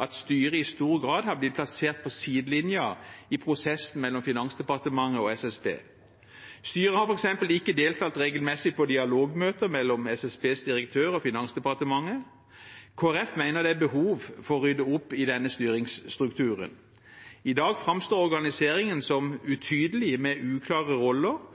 at styret i stor grad har blitt plassert på sidelinjen i prosessen mellom Finansdepartementet og SSB. Styret har f.eks. ikke deltatt regelmessig på dialogmøter mellom SSBs direktør og Finansdepartementet. Kristelig Folkeparti mener det er behov for å rydde opp i denne styringsstrukturen. I dag framstår organiseringen som utydelig og med uklare roller